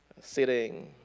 sitting